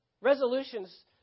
Resolutions